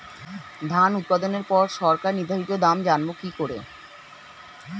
ধান উৎপাদনে পর সরকার নির্ধারিত দাম জানবো কি করে?